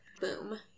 Boom